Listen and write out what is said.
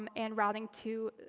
um and routing to